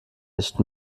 nicht